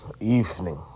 evening